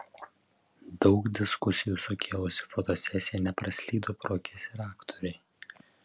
daug diskusijų sukėlusi fotosesija nepraslydo pro akis ir aktorei